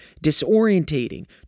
disorientating